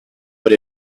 but